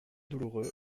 douloureux